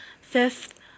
Fifth